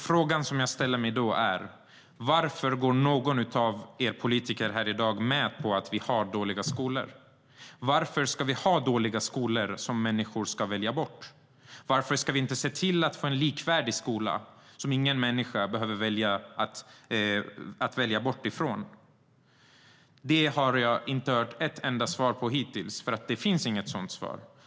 Frågan jag då ställer mig är varför någon politiker i dag går med på att vi har dåliga skolor. Varför ska vi ha dåliga skolor som människor ska välja bort? Varför ska vi inte se till att få en likvärdig skola där ingen människa behöver välja bort en dålig? Jag har inte hört ett enda svar på dessa frågor hittills, och det är för att det inte finns något svar.